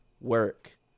work